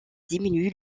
diminue